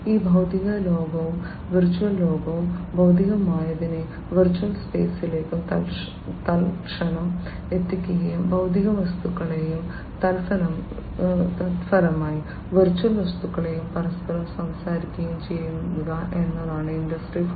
ഈ ഭൌതിക ലോകവും വെർച്വൽ ലോകവും ഭൌതികമായതിനെ വെർച്വൽ സ്പെയ്സിലേക്ക് തൽക്ഷണം എത്തിക്കുകയും ഭൌതിക വസ്തുക്കളെയും തത്ഫലമായി വെർച്വൽ വസ്തുക്കളെയും പരസ്പരം സംസാരിക്കുകയും ചെയ്യുക എന്നതാണ് ഇൻഡസ്ട്രി 4